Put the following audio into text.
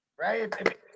right